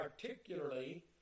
particularly